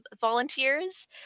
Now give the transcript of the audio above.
volunteers